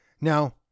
Now